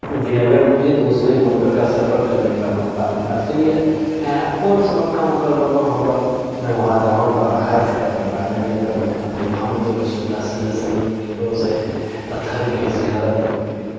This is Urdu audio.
جی اگر مجھے دوسرے ملک کا سفر کرنے کا موقع ملا تو یہ ہیں آف کورس مکہ مکرمہ ہوگا میں وہاں جاؤں گا حج کروں گا نبی اکرم جناب محمد الرسول اللہ صلی اللہ وسلم کے روضہ اطہر کی زیارت ہوگی